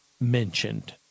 mentioned